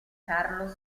carlos